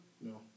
No